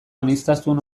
aniztasun